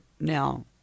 now